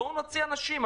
בואו נוציא אנשים.